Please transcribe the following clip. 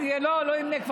לא אמנה,